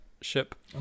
ship